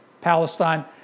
Palestine